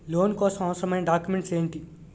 Loan కోసం అవసరమైన documents ఎంటి?